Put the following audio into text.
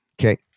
Okay